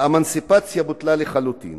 האמנציפציה בוטלה לחלוטין